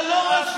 מאלה,